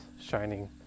shining